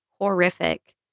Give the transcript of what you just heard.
horrific